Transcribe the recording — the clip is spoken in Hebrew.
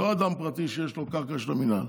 לא אדם פרטי שיש לו קרקע של המינהל,